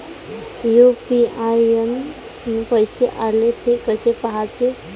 UPI न पैसे आले, थे कसे पाहाचे?